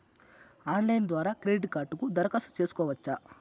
Online ద్వారా credit కార్డుకు దరఖాస్తు సేసుకోవచ్చా?